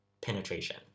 penetration